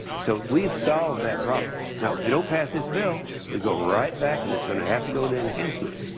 so we have solved that problem. if we don't pass this bill we go right back and it's going to have to go to enhancements.